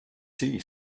tea